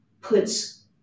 puts